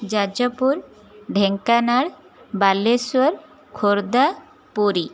Jajpur Dhenkanal Baleswar Khordha Puri